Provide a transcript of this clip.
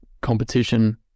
competition